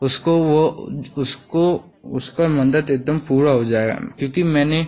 उसको वह उसको उसका मन्नत एकदम पूरा हो जाएगा क्योंकि मैंने